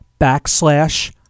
backslash